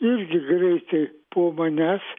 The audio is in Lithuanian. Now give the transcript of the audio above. irgi greitai po manęs